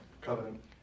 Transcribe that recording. Covenant